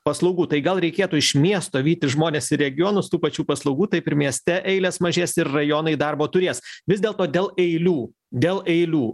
paslaugų tai gal reikėtų iš miesto vyti žmones į regionus tų pačių paslaugų taip ir mieste eilės mažės ir rajonai darbo turės vis dėlto dėl eilių dėl eilių